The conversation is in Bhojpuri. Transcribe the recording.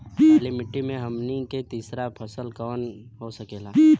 काली मिट्टी में हमनी के तीसरा फसल कवन हो सकेला?